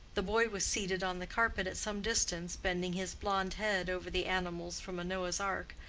the boy was seated on the carpet at some distance, bending his blonde head over the animals from a noah's ark,